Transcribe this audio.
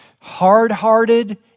hard-hearted